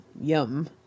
Yum